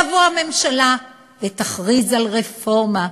תבוא הממשלה ותכריז על רפורמה,